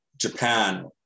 Japan